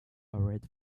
already